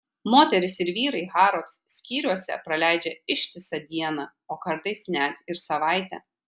moterys ir vyrai harrods skyriuose praleidžia ištisą dieną o kartais net ir savaitę